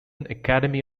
academy